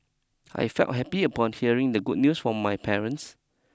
I felt happy upon hearing the good news from my parents